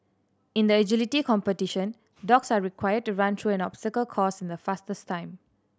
in the agility competition dogs are required to run through an obstacle course in the fastest time